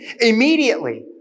immediately